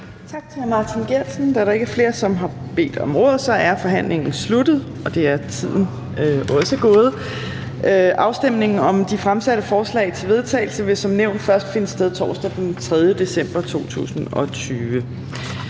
Tak til hr. Martin Geertsen. Da der ikke er flere, som har bedt om ordet, er forhandlingen sluttet, og tiden er også gået. Afstemning om de fremsatte forslag til vedtagelse vil som nævnt først finde sted torsdag den 3. december 2020.